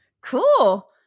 Cool